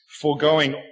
foregoing